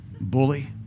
Bully